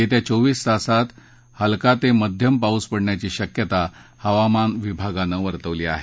येत्या चोवीस तासात हलका ते मध्यम पाऊस पडण्याची शक्यता हवामान विभागानं वर्तवली आहे